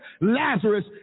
Lazarus